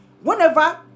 whenever